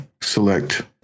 select